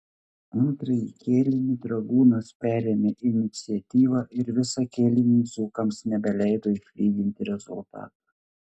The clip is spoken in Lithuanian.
antrąjį kėlinį dragūnas perėmė iniciatyvą ir visą kėlinį dzūkams nebeleido išlyginti rezultato